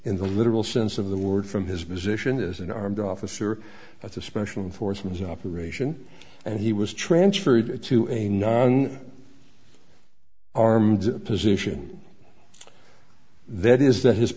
in the literal sense of the word from his position as an armed officer at the special forces operation and he was transferred to a non armed position that is that his